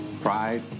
pride